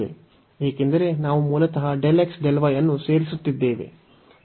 ಏಕೆಂದರೆ ನಾವು ಮೂಲತಃ Δx Δy ಅನ್ನು ಸೇರಿಸುತ್ತಿದ್ದೇವೆ